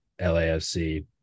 lafc